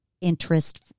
interest